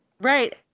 Right